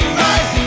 right